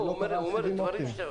אבל זה לא קרה על הסיבים האופטיים.